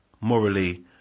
morally